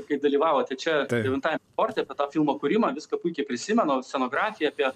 kai dalyvavote čia devintajam forte apie tą filmo kūrimą viską puikiai prisimenu scenografiją apie